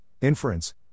inference